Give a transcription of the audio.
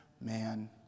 man